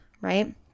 right